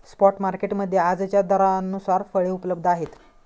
spot market मध्ये आजच्या दरानुसार फळे उपलब्ध आहेत